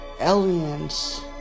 aliens